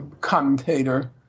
commentator